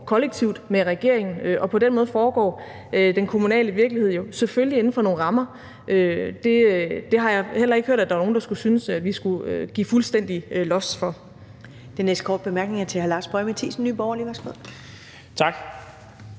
kollektivt med regeringen, og på den måde foregår den kommunale virkelighed jo selvfølgelig inden for nogle rammer. Det har jeg heller ikke hørt at der er nogen der synes at vi skal give fuldstændig los for. Kl. 19:06 Første næstformand (Karen Ellemann): Den